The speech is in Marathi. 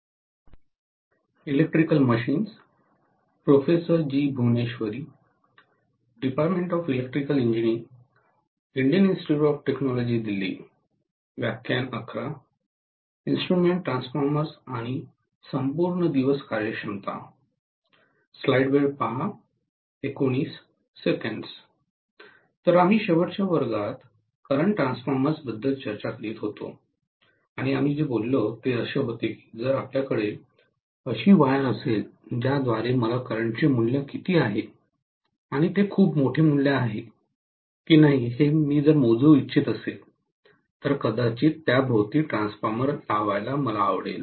तर आम्ही शेवटच्या वर्गात करंट ट्रान्सफॉर्मर्स बद्दल चर्चा करीत होतो आणि आम्ही जे बोललो ते असे होते की जर आपल्याकडे अशी वायर असेल ज्याद्वारे मला करंटचे मूल्य किती आहे आणि ते खूप मोठे मूल्य आहे हे मोजू इच्छित असेल तर कदाचित त्याभोवती ट्रान्सफॉर्मर लावायला आवडेल